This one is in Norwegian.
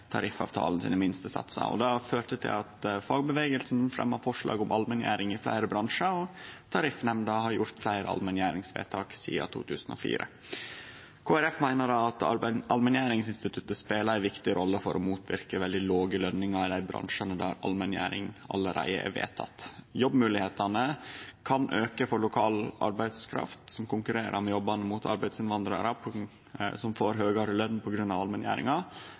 tariffavtalen. Dette førte til at fagbevegelsen fremja forslag om allmenngjering i fleire bransjar, og Tariffnemnda har gjort fleire allmenngjeringsvedtak sidan 2004. Kristeleg Folkeparti meiner at allmenngjeringsinstituttet spelar ei viktig rolle for å motverke veldig låge løningar i dei bransjane der allmenngjering allereie er vedteken. Jobbmoglegheitene kan auke for lokal arbeidskraft som konkurrerer om jobbane mot arbeidsinnvandrarar som får høgare løn på grunn av allmenngjeringa.